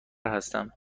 هستم